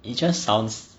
it just sounds